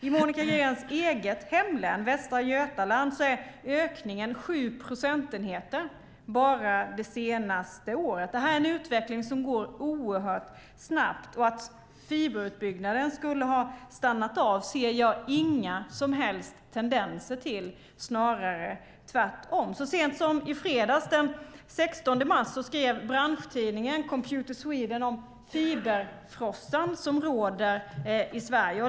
I Monica Greens eget hemlän, Västra Götaland, är ökningen 7 procentenheter bara det senaste året. Det här är en utveckling som går oerhört snabbt. Att fiberutbyggnaden skulle stanna av ser jag inga som helst tendenser till, snarare tvärtom. Så sent som i fredags, den 16 mars, skrev branschtidningen Computer Sweden om fiberfrossan, som råder i Sverige.